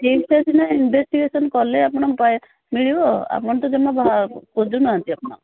କେସ୍ଟା ସିନା ଇନଭେସ୍ଟିଗେସନ୍ କଲେ ଆପଣ ପାଏ ମିଳିବ ଆପଣ ତ ଜମା ଖୋଜୁ ନାହନ୍ତି ଆପଣ